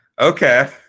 okay –